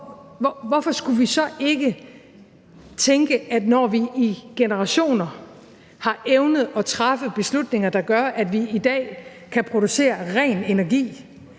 at det skulle være en del af strategien? Når vi i generationer har evnet at træffe beslutninger, der gør, at vi i dag kan producere ren energi